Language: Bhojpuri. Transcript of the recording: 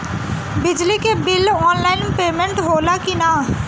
बिजली के बिल आनलाइन पेमेन्ट होला कि ना?